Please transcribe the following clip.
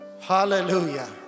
Hallelujah